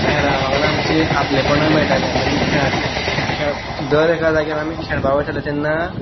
हेरा वांगडा आमची आपलेंपण मेळटालें मागीर खेळांतल्यान दर एका जाग्यार आमी खेळपा वयताले तेन्ना